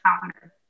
founder